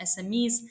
SMEs